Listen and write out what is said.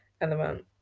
element